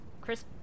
Chris